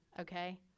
Okay